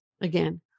again